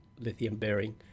lithium-bearing